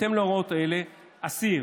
בהתאם להוראות אלה: "אסיר,